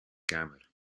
kamer